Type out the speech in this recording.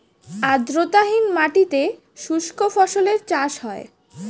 আর্দ্রতাহীন মাটিতে শুষ্ক ফসলের চাষ হয়